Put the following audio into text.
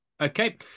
okay